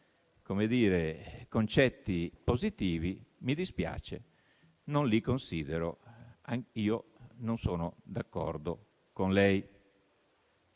considera concetti positivi, mi dispiace, ma non li considero così e non sono d'accordo con lei.